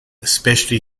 especially